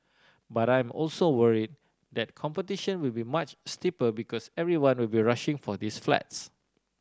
but I am also worried that competition will be much steeper because everyone will be rushing for these flats